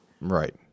Right